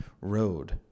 road